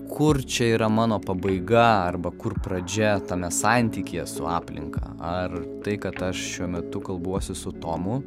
kur čia yra mano pabaiga arba kur pradžia tame santykyje su aplinka ar tai kad aš šiuo metu kalbuosi su tomu